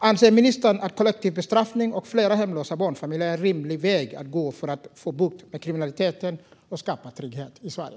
Anser ministern att kollektiv bestraffning och fler hemlösa barnfamiljer är en rimlig väg att gå för att få bukt med kriminaliteten och skapa trygghet i Sverige?